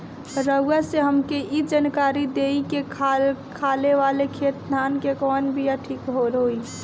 रउआ से हमके ई जानकारी देई की खाले वाले खेत धान के कवन बीया ठीक होई?